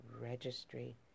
Registry